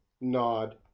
nod